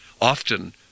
often